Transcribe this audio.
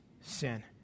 sin